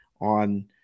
on